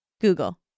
Google